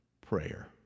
prayer